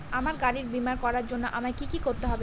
আমার গাড়ির বীমা করার জন্য আমায় কি কী করতে হবে?